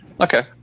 Okay